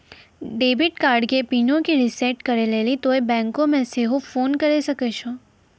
debit कार्डो के पिनो के रिसेट करै लेली तोंय बैंको मे सेहो फोन करे सकै छो